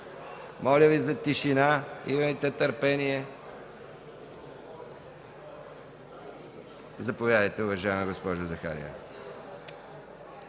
Моля за тишина, имайте търпение! Заповядайте, уважаема госпожо Захариева.